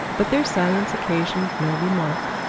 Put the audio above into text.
but their silence occasioned no remark.